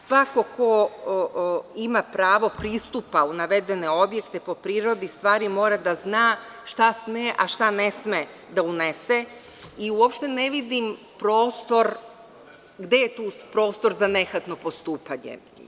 Svako ko ima pravo pristupa u navedene objekte po prirodi stvari mora da zna šta sme a šta ne sme da unese i uopšte ne vidim gde je tu prostor za nehatno postupanje?